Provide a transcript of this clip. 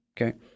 Okay